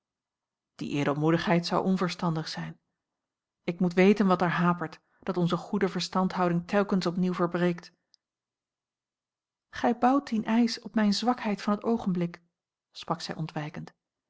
die edelmoedigheid zou onverstandig zijn ik moet weten wat er hapert dat onze goede verstandhouding telkens opnieuw verbreekt gij bouwt dien eisch op mijne zwakheid van het oogenblik sprak zij ontwijkend